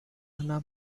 hanna